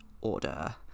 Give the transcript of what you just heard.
order